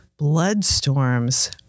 Bloodstorms